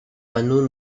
panneaux